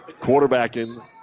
quarterbacking